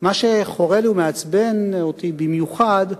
מה שחורה לי ומעצבן אותי במיוחד,